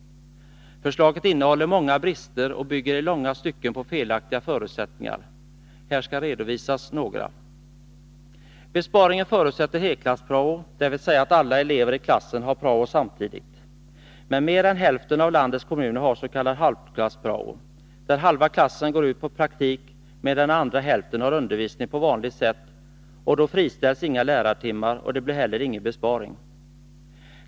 Förslaget innehåller många brister och bygger i långa stycken på felaktiga förutsättningar. Här skall redovisas några. Besparingen förutsätter helklass-prao, dvs. att alla elever i klassen har prao samtidigt. Men mer än hälften av landets kommuner har s.k. halvklass-prao, där halva klassen går ut i praktik medan den andra hälften har undervisning på vanligt sätt, och då friställs inga lärartimmar och det blir heller ingen besparing.